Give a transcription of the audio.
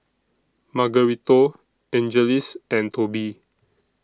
Margarito Angeles and Tobie